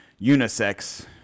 unisex